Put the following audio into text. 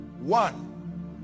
One